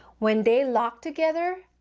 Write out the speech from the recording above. when they lock together,